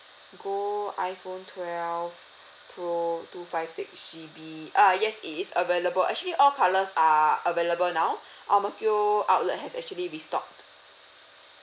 gold iphone twelve pro two five six G_B uh yes it is available actually all colours are available now ang mo kio outlet has actually restocked